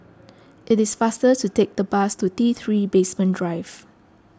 it is faster to take the bus to T three Basement Drive